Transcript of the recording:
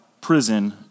prison